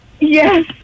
Yes